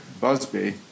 Busby